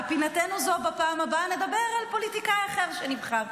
בפינתנו זאת נדבר בפעם הבאה על פוליטיקאי אחר שנבחר.